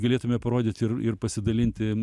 galėtume parodyti ir ir pasidalinti